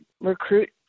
recruit